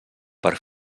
per